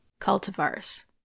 cultivars